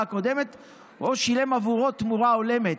הקודמת או שילם עבורו תמורה הולמת.